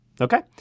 Okay